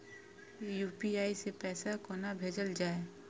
UPI सै पैसा कोना भैजल जाय?